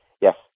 Yes